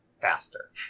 faster